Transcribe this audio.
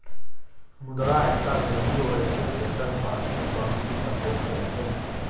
मुद्रा एकटा वैल्यू होइ छै जकर पाछु कानुनी सपोर्ट होइ छै